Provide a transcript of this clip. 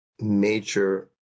Major